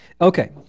Okay